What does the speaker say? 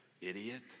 idiot